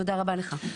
תודה רבה לך.